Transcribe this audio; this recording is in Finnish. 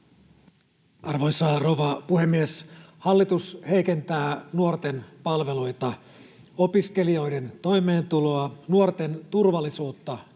Arvoisa rouva puhemies! Hallitus heikentää nuorten palveluita, opiskelijoiden toimeentuloa, nuorten turvallisuutta